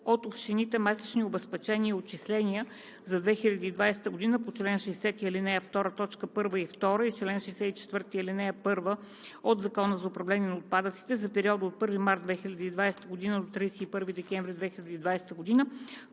от общините месечни обезпечения и отчисления за 2020 г. по чл. 60, ал. 2, т. 1 и 2 и чл. 64, ал. 1 от Закона за управление на отпадъците за периода от 1 март 2020 г. до 31 декември 2020 г.